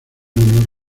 honor